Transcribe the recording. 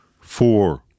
Four